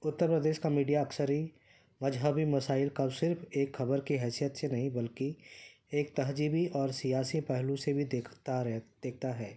اتر پردیش کا میڈیا اکثری مجہبی مسائل کا صرف ایک خبر کی حیثیت سے نہیں بلکہ ایک تہجیبی اور سیاسی پہلو سے بھی دیکھتا رہ دیکھتا ہے